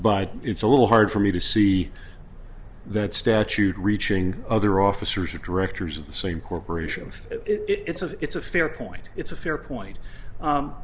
but it's a little hard for me to see that statute reaching other officers of directors of the same corporation if it's of it's a fair point it's a fair point